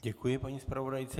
Děkuji paní zpravodajce.